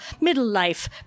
middle-life